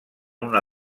una